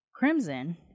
Crimson